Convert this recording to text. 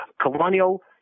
colonial